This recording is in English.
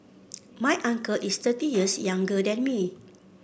my uncle is thirty years younger than me